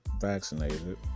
vaccinated